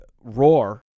roar